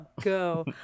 go